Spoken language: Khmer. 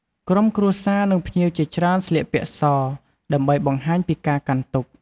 ក្រុមគ្រួសារ និងភ្ញៀវជាច្រើនស្លៀកពាក់ស ដើម្បីបង្ហាញពីការកាន់ទុក្ខ។